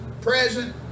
present